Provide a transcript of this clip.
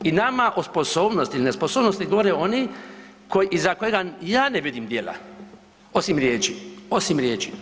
I nama o sposobnosti i nesposobnosti govore oni koji, iza kojega ja ne vidim djela osim riječi, osim riječi.